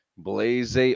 blaze